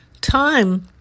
time